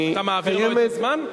אתה מעביר לו את הזמן?